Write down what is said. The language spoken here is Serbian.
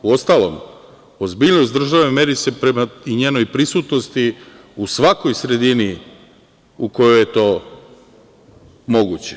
Uostalom, ozbiljnost države meri se prema i njenoj prisutnosti u svakoj sredini u kojoj je to moguće.